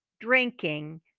drinking